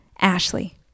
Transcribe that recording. Ashley